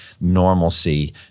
normalcy